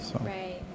Right